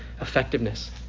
effectiveness